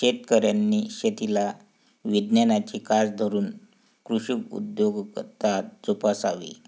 शेतकऱ्यांनी शेतीला विज्ञानाची कास धरून कृषी उद्योजकता जोपासावी